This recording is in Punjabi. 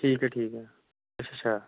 ਠੀਕ ਹੈ ਠੀਕ ਹੈ ਅੱਛਾ